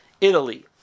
Italy